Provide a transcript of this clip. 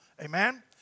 Amen